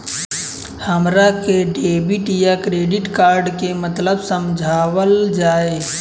हमरा के डेबिट या क्रेडिट कार्ड के मतलब समझावल जाय?